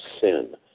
sin